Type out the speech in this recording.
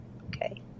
Okay